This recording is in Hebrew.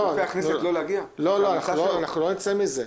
אנחנו לא נצא מזה.